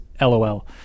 LOL